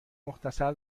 مختصر